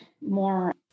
more